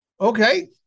okay